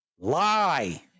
Lie